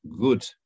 good